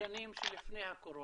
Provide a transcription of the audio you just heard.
השנים שלפני הקורונה?